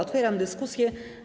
Otwieram dyskusję.